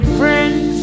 friends